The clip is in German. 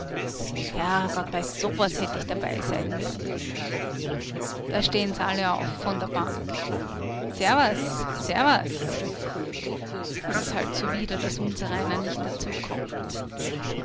herrgott bei so was hätt ich dabei sein mögen da steh'n sie alle auf von der bank servus servus das ist halt zuwider daß unsereiner nicht dazu kommt